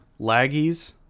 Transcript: Laggies